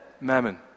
mammon